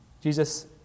Jesus